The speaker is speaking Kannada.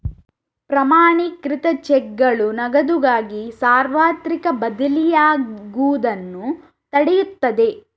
ಪ್ರಮಾಣೀಕೃತ ಚೆಕ್ಗಳು ನಗದುಗಾಗಿ ಸಾರ್ವತ್ರಿಕ ಬದಲಿಯಾಗುವುದನ್ನು ತಡೆಯುತ್ತದೆ